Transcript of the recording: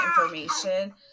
information